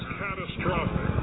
catastrophic